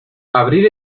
abrir